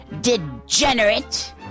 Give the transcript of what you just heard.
degenerate